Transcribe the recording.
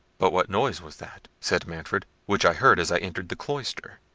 but what noise was that, said manfred, which i heard as i entered the cloister?